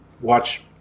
watch